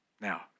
Now